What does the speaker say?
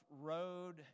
road